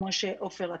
כמו שעפר,